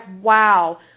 wow